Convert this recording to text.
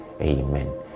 Amen